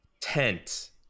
tent